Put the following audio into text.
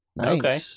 Okay